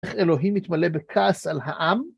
איך אלוהים מתמלא בכעס על העם?